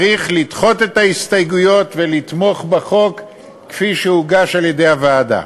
צריך לדחות את ההסתייגויות ולתמוך בחוק כפי שהוגש על-ידי הוועדה.